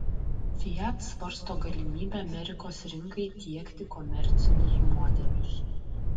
fiat svarsto galimybę amerikos rinkai tiekti komercinius modelius